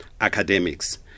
academics